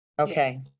okay